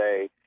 say